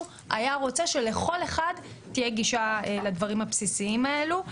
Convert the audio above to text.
היה רוצה שלכל אחד תהיה גישה לדברים הבסיסיים האלו.